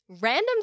Random